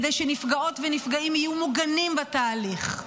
כדי שנפגעות ונפגעים יהיו מוגנים בתהליך.